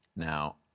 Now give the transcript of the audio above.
now,